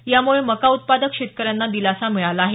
यामुळे मका उत्पादक शेतकऱ्यांना दिलासा मिळाला आहे